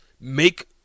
make